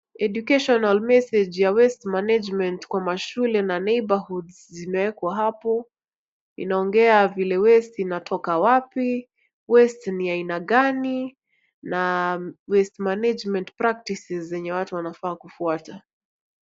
Educational message ya waste management kwa mashule na neighbourhoods zimeekwa hapo. Inaongea vile waste inatoka wapi, waste ni aina gani na waste management practices zenye watu wanafaa kufuata.